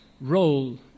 role